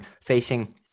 facing